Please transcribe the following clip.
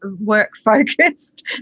work-focused